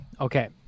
Okay